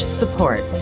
support